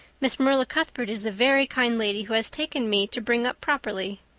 miss marilla cuthbert is a very kind lady who has taken me to bring up properly.